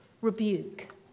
rebuke